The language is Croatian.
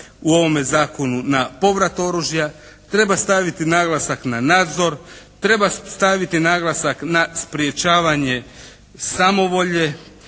u ovome zakonu na povrat oružja, treba staviti naglasak na nadzor, treba staviti naglasak na sprječavanje samovolje,